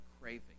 craving